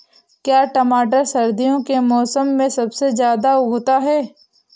क्या टमाटर सर्दियों के मौसम में सबसे अच्छा उगता है?